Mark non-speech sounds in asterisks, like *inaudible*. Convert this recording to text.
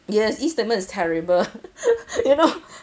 yes e statement is terrible *laughs* you know